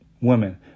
women